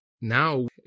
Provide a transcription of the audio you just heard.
now